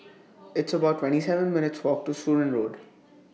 It's about twenty seven minutes' Walk to Surin Road